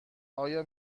آیا